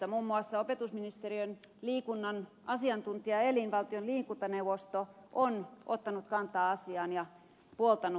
muun muassa opetusministeriön liikunnan asiantuntijaelin valtion liikuntaneuvosto on ottanut kantaa asiaan ja puoltanut tätä